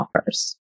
offers